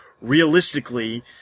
realistically